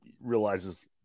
realizes